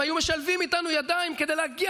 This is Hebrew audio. הם היו משלבים איתנו ידיים כדי להגיע